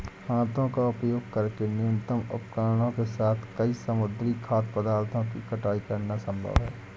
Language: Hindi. हाथों का उपयोग करके न्यूनतम उपकरणों के साथ कई समुद्री खाद्य पदार्थों की कटाई करना संभव है